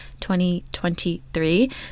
2023